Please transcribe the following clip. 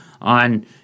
on